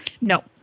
No